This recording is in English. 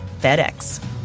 FedEx